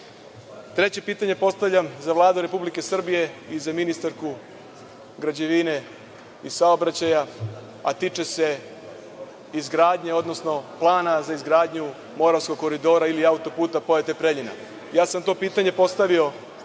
živi? Treće pitanje postavljam za Vladu Republike Srbije, i za ministarku građevine i saobraćaja, a tiče se izgradnje, odnosno plana za izgradnju Moravskog koridora, ili autoputa Pojate – Preljina. Ja sam to pitanje postavio